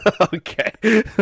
Okay